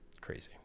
Crazy